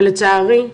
ולצערי,